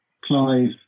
Clive